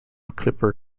clipper